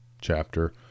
chapter